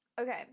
Okay